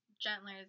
gentler